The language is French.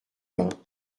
bains